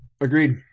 Agreed